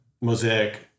mosaic